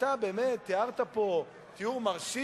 אתה באמת תיארת פה תיאור מרשים